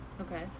okay